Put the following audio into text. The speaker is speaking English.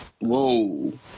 Whoa